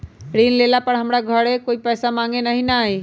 ऋण लेला पर हमरा घरे कोई पैसा मांगे नहीं न आई?